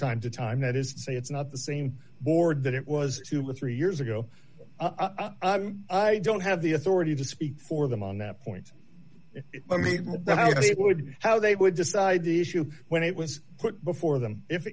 time to time that is to say it's not the same board that it was two or three years ago i don't have the authority to speak for them on that point i mean that i think would how they would decide the issue when it was put before them if